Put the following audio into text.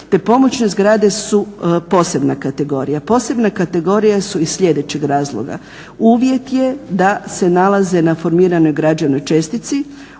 Te pomoćne zgrade su posebna kategorija, posebna kategorija su iz sljedećeg razloga. Uvjet je da se nalaze na formiranoj građevnoj čestici,